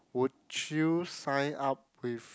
would you sign up with